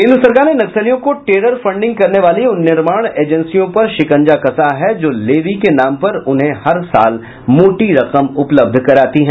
केन्द्र सरकार ने नक्सलियों को टेरर फंडिंग करने वाली उन निर्माण एजेंसियों पर शिकंजा कसा है जो लेवी के नाम पर उन्हें हर साल मोटी रकम उपलब्ध कराती है